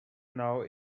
now